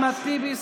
אחמד טיבי,